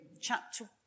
chapter